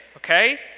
Okay